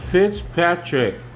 Fitzpatrick